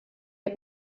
had